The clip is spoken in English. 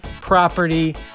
property